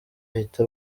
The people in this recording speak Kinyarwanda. ahita